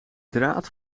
draad